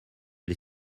les